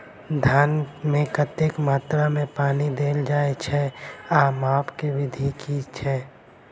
धान मे कतेक मात्रा मे पानि देल जाएँ छैय आ माप केँ विधि केँ छैय?